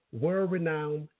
world-renowned